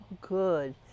Good